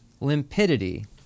limpidity